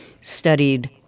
studied